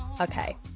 Okay